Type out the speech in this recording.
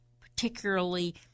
particularly